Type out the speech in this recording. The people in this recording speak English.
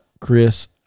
Chris